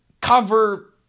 cover